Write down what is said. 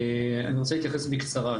אני רוצה להתייחס בקצרה.